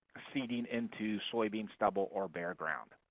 ah seeding into soybean stubble or bare ground.